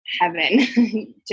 heaven